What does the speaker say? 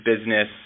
business